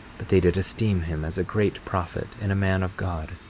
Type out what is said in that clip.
but they did esteem him as a great prophet, and a man of god,